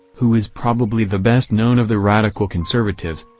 who is probably the best known of the radical conservatives,